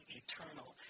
eternal